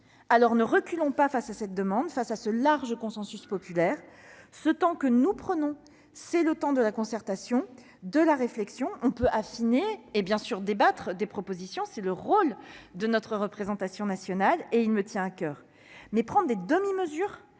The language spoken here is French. Ne reculons pas face à cette demande et à ce large consensus populaire. Le temps que nous prenons, c'est celui de la concertation et de la réflexion. On peut affiner, et évidemment débattre des propositions. C'est le rôle de la représentation nationale, et il me tient à coeur. Mais prendre des demi-mesures